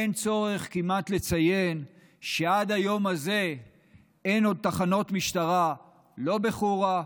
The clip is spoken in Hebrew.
אין צורך כמעט לציין שעד היום זה עוד אין תחנות משטרה לא בחורה,